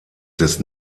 des